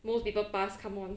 most people pass come on